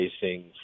facing